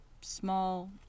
small